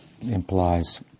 implies